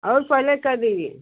और पेहले कर देंगी